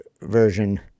version